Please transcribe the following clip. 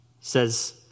says